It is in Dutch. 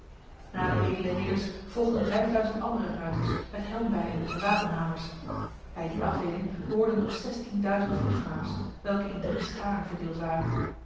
na de edele ridders volgden vijfduizend andere ruiters met helmbijlen en wapenhamers bij die afdeling behoorden nog zestienduizend voetgangers welke in drie scharen verdeeld waren